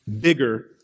bigger